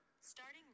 Starting